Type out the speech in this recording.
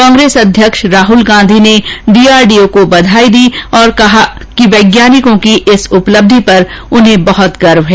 कांग्रेस अध्यक्ष राहल गांधी ने डीआरडीओ को बधाई दी है और कहा है कि वैज्ञानिकों की इस उपलब्धि पर उन्हें बहत गर्व है